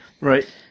Right